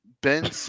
Ben